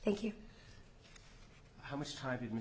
thank you how much time